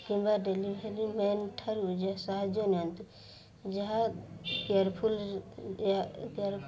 କିମ୍ବା ଡେଲିଭରି ମ୍ୟାନ୍ଠାରୁ ଯାହା ସାହାଯ୍ୟ ନିଅନ୍ତୁ ଯାହା କେୟାରଫୁଲ କେୟାର